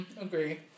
agree